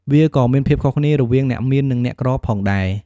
វាក៏មានភាពខុសគ្នារវាងអ្នកមាននិងអ្នកក្រផងដែរ។